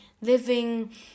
living